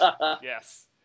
yes